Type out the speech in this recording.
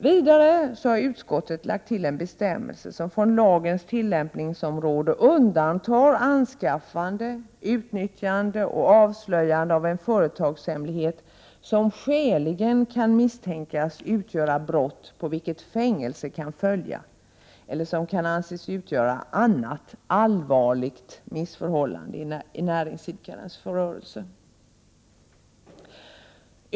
Vidare har utskottet lagt till en bestämmelse som från lagens tillämpningsområde undantar anskaffande, utnyttjande och avslöjande av en företagshemlighet som skäligen kan misstänkas utgöra brott på vilket fängelse kan följa eller som kan anses utgöra annat allvarligt missförhållande i näringsidkarens rörelse.